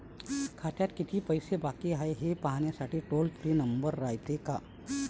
खात्यात कितीक पैसे बाकी हाय, हे पाहासाठी टोल फ्री नंबर रायते का?